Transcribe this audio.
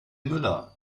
müller